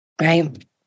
Right